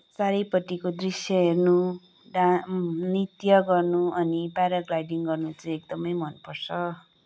चारैपट्टिको दृश्य हेर्नु नृत्य गर्नु अनि प्याराग्लाइडिङ्ग गर्नु चाहिँ एकदमै मनपर्छ